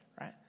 right